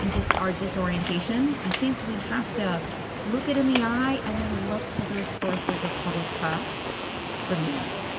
and just our disorientation. i think we have to look it in the eye and then look to those sources of public trust for news.